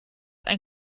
ein